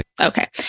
Okay